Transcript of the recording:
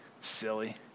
silly